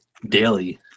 daily